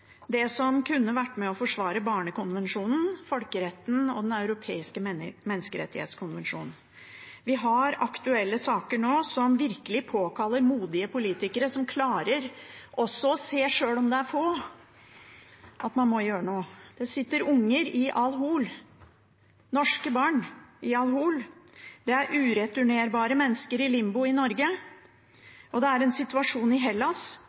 det som kunne ha vært med på å forsvare barnekonvensjonen, folkeretten og Den europeiske menneskerettighetskonvensjon. Vi har aktuelle saker som virkelig påkaller modige politikere som klarer å se, sjøl om det er få, at man må gjøre noe. Det sitter norske barn i Al-Hol-leiren, det er ureturnerbare mennesker i limbo i Norge, og det er en situasjon i Hellas